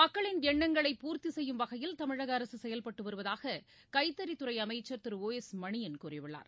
மக்களின் எண்ணங்களை பூர்த்திசெய்யும் வகையில் தமிழகஅரகசெயல்பட்டுவருவதாககைத்தறித்துறைஅமைச்சர் திரு ஓ எஸ் மணியன் கூறியுள்ளார்